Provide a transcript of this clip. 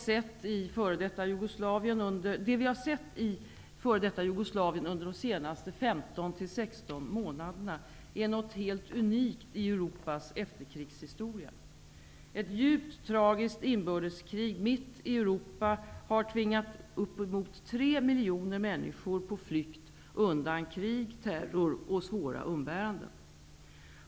Det vi har sett i f.d. Jugoslavien under de senaste 15--16 månaderna är något helt unikt i Europas efterkrigshistoria. Ett djupt tragiskt inbördeskrig mitt i Europa har tvingat uppemot 3 miljoner människor på flykt undan krig, terror och svåra umbäranden.